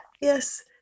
yes